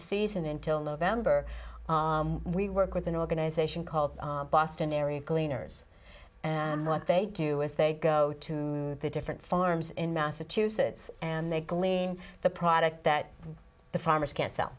season until november we work with an organization called boston area cleaners and what they do is they go to the different farms in massachusetts and they clean the product that the farmers can't sell